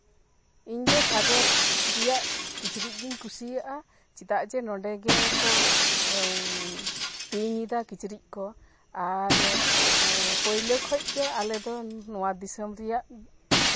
ᱤᱧ ᱫᱚ ᱵᱷᱟᱨᱚᱛ ᱨᱮᱭᱟᱜ ᱠᱤᱪᱨᱤ ᱜᱤᱧ ᱠᱩᱥᱤᱭᱟᱜᱼᱟ ᱪᱮᱫᱟᱜ ᱡᱮ ᱱᱚᱸᱰᱮ ᱜᱮᱠᱚ ᱛᱮᱧᱮᱫᱟ ᱠᱤᱪᱨᱤᱡ ᱠᱚ ᱟᱨ ᱯᱳᱭᱞᱳ ᱠᱷᱚᱱ ᱜᱮ ᱟᱞᱮ ᱫᱚ ᱱᱚᱶᱟ ᱫᱤᱥᱚᱢ ᱨᱮᱱᱟᱜ